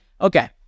Okay